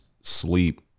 sleep